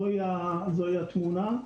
זוהי התמונה.